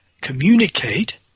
communicate